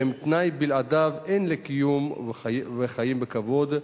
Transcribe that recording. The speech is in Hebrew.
שהם תנאי שבלעדיו אין קיום לחיים בכבוד,